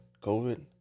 COVID